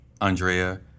Andrea